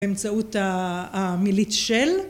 באמצעות המילית "של"